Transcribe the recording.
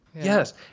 Yes